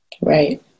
Right